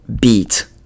beat